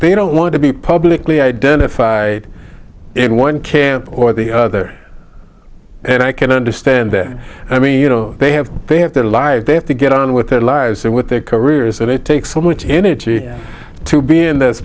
know want to be publicly identified in one care or the other and i can understand their i mean you know they have they have to live they have to get on with their lives and with their careers and it takes so much energy to be in the